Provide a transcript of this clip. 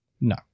No